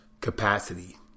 capacity